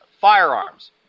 firearms